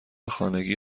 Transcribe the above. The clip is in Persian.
خانگی